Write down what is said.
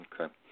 Okay